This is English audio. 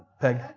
Peg